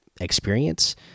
experience